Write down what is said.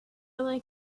like